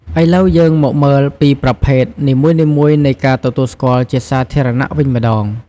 ឥឡូវយើងមកមើលពីប្រភេទនីមួយៗនៃការទទួលស្គាល់ជាសាធារណៈវិញម្ដង។